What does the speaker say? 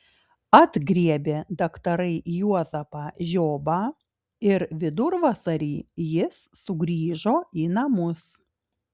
atgriebė daktarai juozapą žiobą ir vidurvasarį jis sugrįžo į namus